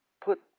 put